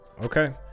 Okay